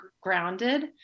grounded